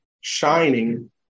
shining